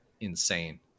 insane